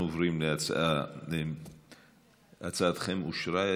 הצעתכם אושרה,